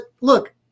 look